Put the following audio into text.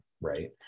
right